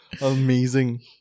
amazing